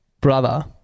brother